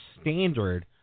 standard